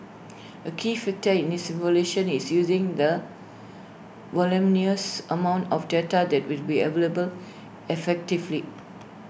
A key factor in this evolution is using the voluminous amount of data that will be available effectively